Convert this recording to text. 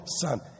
son